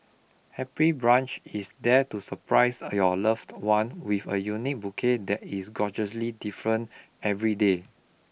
Happy Bunch is there to surprise your loved one with a unique bouquet that is gorgeously different every day